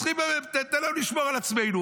תן לנו לשמור על עצמנו.